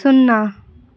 शुन्ना